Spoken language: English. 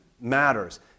matters